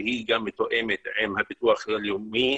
שהיא מתואמת עם הביטוח הלאומי